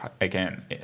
again